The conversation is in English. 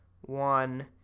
One